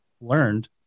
learned